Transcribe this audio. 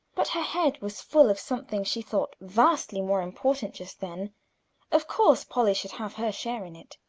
but her head was full of something she thought vastly more important just then of course polly should have her share in it.